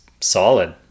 solid